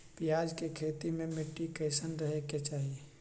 प्याज के खेती मे मिट्टी कैसन रहे के चाही?